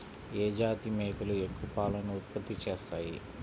ఏ జాతి మేకలు ఎక్కువ పాలను ఉత్పత్తి చేస్తాయి?